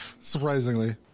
surprisingly